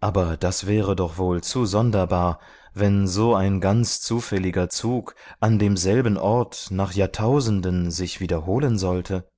aber das wäre doch wohl zu sonderbar wenn so ein ganz zufälliger zug an demselben ort nach jahrtausenden sich wiederholen sollte